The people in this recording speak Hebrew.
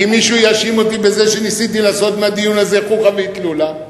כי מישהו יאשים אותי בזה שניסיתי לעשות מהדיון הזה חוכא ואטלולא,